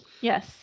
Yes